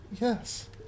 Yes